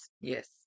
yes